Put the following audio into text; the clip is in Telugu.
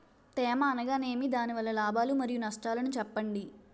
తేమ అనగానేమి? దాని వల్ల లాభాలు మరియు నష్టాలను చెప్పండి?